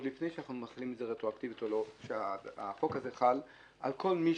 עוד לפני שאנחנו מחילים את זה רטרואקטיבית או לא שהחוק הזה חל על כל מי